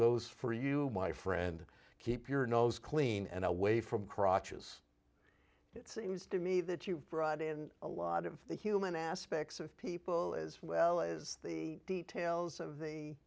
goes for you my friend keep your nose clean and away from crotches it seems to me that you've brought in a lot of the human aspects of people as well as the details of